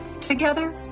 Together